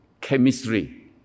chemistry